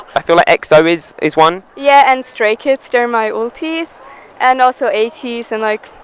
i feel like exo is is one? yeah, and stray kids, they're my ultese and also ateez, and like,